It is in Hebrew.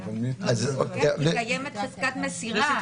קיימת חזקת מסירה.